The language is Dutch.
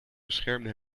beschermde